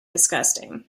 disgusting